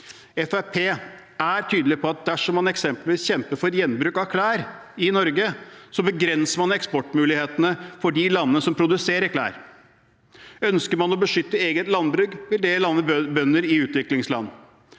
er tydelig på at dersom man eksempelvis kjemper for gjenbruk av klær i Norge, begrenser man eksportmulighetene for de landene som produserer klær. Ønsker man å beskytte sitt eget landbruk, vil det ramme bønder i utviklingsland.